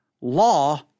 Law